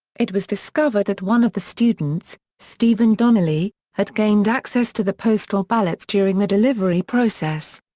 it was discovered that one of the students, stephen donnelly, had gained access to the postal ballots during the delivery process.